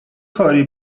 کاری